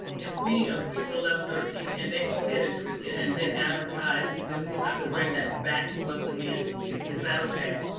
if we agree to level thirteen, can they go ahead and tweak it and then advertise, then we don't have to bring that back to us again. is that okay?